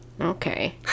Okay